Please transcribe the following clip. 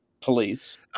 police